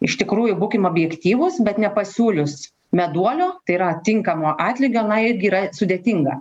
iš tikrųjų būkim objektyvūs bet nepasiūlius meduolio tai yra tinkamo atlygio na irgi yra sudėtinga